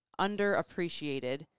underappreciated